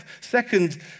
Second